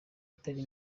itari